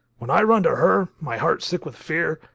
when i run to her, my heart sick with fear,